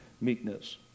meekness